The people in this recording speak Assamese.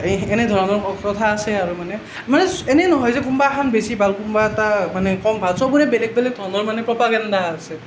এই এনেধৰণৰ কথা আছে আৰু মানে মানে এনেই নহয় যে কোনোবা এখন বেছি ভাল কোনোবা এটা মানে কম ভাল চবৰে বেলেগ বেলেগ ধৰণৰ মানে প্ৰ'পাগেণ্ডা আছে